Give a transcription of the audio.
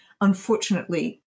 Unfortunately